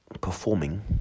performing